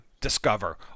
discover